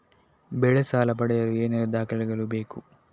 ಬೆಳೆ ಸಾಲ ಪಡೆಯಲು ಏನೆಲ್ಲಾ ದಾಖಲೆಗಳು ಬೇಕು?